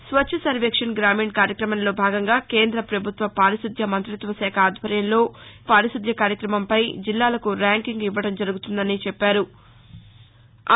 స్వఛ్చసర్వేక్షన్ గ్రామీణ్ కార్యక్రమంలో భాగంగా కేంద్ర ప్రభుత్వ పారిశుధ్య మంతిత్వ శాఖ ఆధ్వర్యంలో జిల్లాల్లో పారిశుధ్య కార్యక్రమంపై జిల్లాలకు ర్యాంకింగు ఇవ్వడం జరుగుతుందని చెప్పారు